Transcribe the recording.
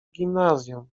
gimnazjum